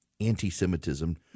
Anti-Semitism